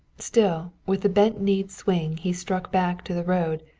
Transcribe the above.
still with the bent-kneed swing he struck back to the road,